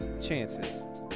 chances